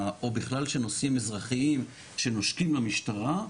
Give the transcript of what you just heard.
בנושאי פשיעה או בכלל בנושאים אזרחיים שנושקים למשטרה,